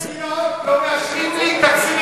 איציק,